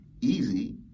easy